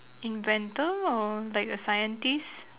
inventor or like a scientist